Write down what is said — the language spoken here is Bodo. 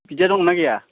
बिदिया दंना गैया